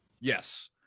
yes